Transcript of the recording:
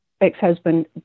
ex-husband